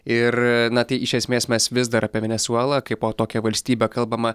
ir na tai iš esmės mes vis dar apie venesuelą kaipo tokią valstybę kalbama